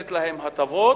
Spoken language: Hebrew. לתת להם הטבות,